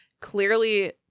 clearly